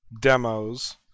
demos